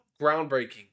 groundbreaking